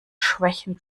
schwächen